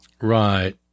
Right